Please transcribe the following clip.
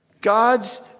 God's